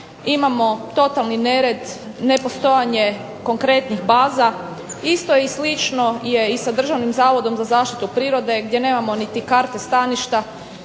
imamo totalni nered, nepostojanje konkretnih baza, isto i slično je sa Državnim zavodom za zaštitu prirode gdje nemamo niti karte staništa